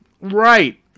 right